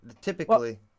Typically